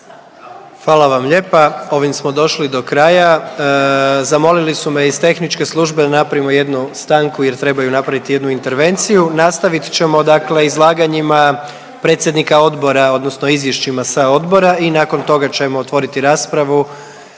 Hvala vam lijepa. Ovim smo došli do kraja, zamolili su me iz tehničke službe da napravimo jednu stanku jer trebaju napraviti jednu intervenciju. Nastavit ćemo dakle izlaganjima predsjednika odbora odnosno izvješćima sa odbora i nakon toga ćemo otvoriti raspravu.